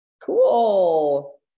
Cool